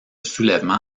soulèvement